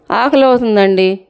ఆకలి అవుతుంది అండీ